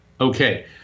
Okay